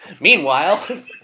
Meanwhile